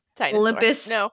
Olympus